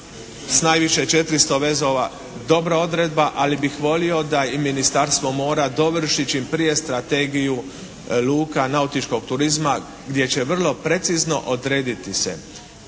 s najviše 400 vezova dobra odredba. Ali bih volio da i Ministarstvo mora dovrši čim prije strategiju luka nautičkog turizma gdje će vrlo precizno odrediti se